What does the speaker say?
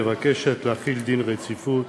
מבקשת להחיל דין רציפות